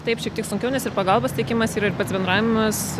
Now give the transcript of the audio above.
taip šiek tiek sunkiau nes ir pagalbos teikimas yra ir pats bendravimas